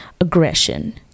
aggression